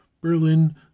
berlin